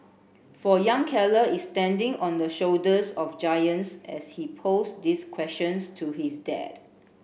for young Keller is standing on the shoulders of giants as he posed these questions to his dad